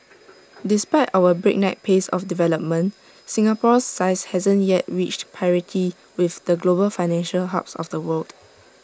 despite our breakneck pace of development Singapore's size hasn't yet reached parity with the global financial hubs of the world